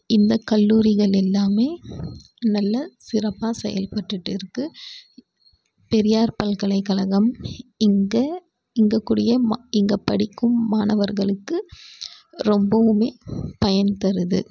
இந்தக் கல்லூரிகள் எல்லாமே நல்லா சிறப்பாக செயல்பட்டுகிட்டுருக்கு பெரியார் பல்கலைக்கழகம் இங்கே இயங்கக்கூடிய இங்கே படிக்கும் மாணவர்களுக்கு ரொம்பவும் பயன் தருது